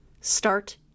start